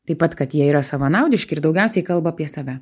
taip pat kad jie yra savanaudiški ir daugiausiai kalba apie save